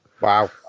Wow